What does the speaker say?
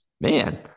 Man